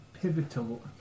Pivotal